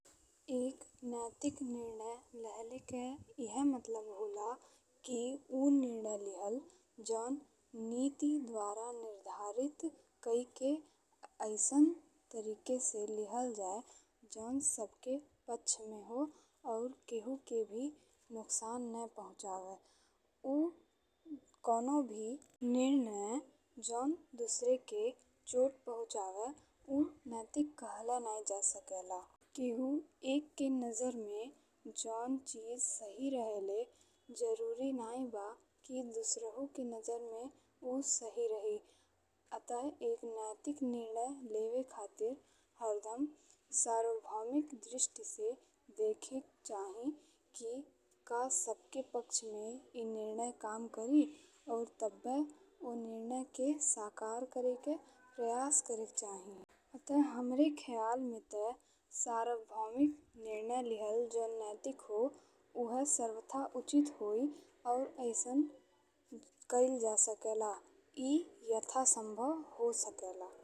एक नैतिक निर्णय लेहले के एह मतलब होला कि उ निर्णय लिहल जौन नीति द्वारा निर्धारित कइ के अइसन तरीका से लिहल जाए जौन सबके पक्ष में हो और केहू के भी नोकसान ने पहुँचावे। उ कउनो भी निर्णय जौन दुसरे के चोट पहुँचावे उ नैतिक कहल नहीं जा सकेला। केहू एक के नजर में जौन चीज सही रहेले जरुरी नहीं बा कि दुसरहु के नजर में उ सही रही। अतः एक नैतिक निर्णय लेवे खातिर हरदम सार्वभौमिक दृष्टि से देखे के चाही कि का सबके पक्ष में ए निर्णय काम करी और तब्बे ओ निर्णय के साकार करे के प्रयास करे के चाही। अतः हमरे खयाल में ते सार्वभौमिक निर्णय लिहल जौन नैतिक हो उहे सर्वथा उचित होइ और अइसन कइल जा सकेला। ए यथासंभव हो सकेला।